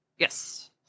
Yes